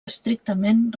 estrictament